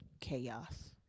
chaos